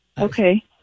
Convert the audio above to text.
Okay